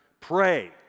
Pray